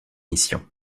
mission